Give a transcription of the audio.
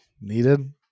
needed